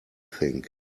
think